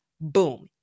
Boom